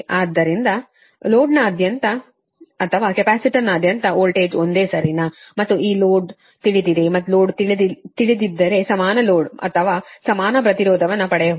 ಆದ್ದರಿಂದ ಲೋಡ್ನಾದ್ಯಂತ ಅಥವಾ ಕೆಪಾಸಿಟರ್ನಾದ್ಯಂತ ವೋಲ್ಟೇಜ್ ಒಂದೇ ಸರಿನಾ ಮತ್ತು ಈ ಲೋಡ್ ತಿಳಿದಿದೆ ಮತ್ತು ಲೋಡ್ ತಿಳಿದಿದ್ದರೆ ಸಮಾನ ಲೋಡ್ ಅಥವಾ ಸಮಾನ ಪ್ರತಿರೋಧವನ್ನು ಪಡೆಯಬಹುದು